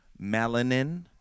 Melanin